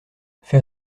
fais